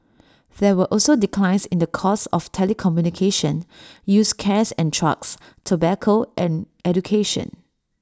there were also declines in the cost of telecommunication used cares and trucks tobacco and education